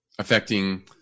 Affecting